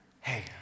hey